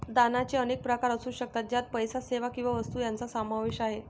दानाचे अनेक प्रकार असू शकतात, ज्यात पैसा, सेवा किंवा वस्तू यांचा समावेश आहे